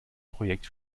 projekt